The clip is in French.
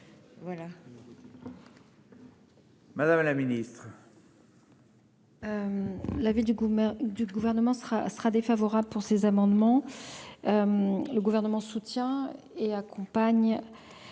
Madame la Ministre.